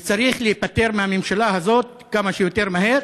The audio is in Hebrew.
וצריך להיפטר מהממשלה הזאת כמה שיותר מהר